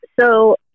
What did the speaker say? So-